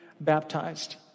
baptized